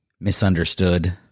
misunderstood